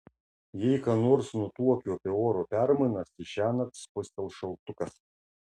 jei ką nors nutuokiu apie oro permainas tai šiąnakt spustels šaltukas